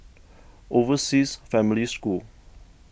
Overseas Family School